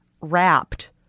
wrapped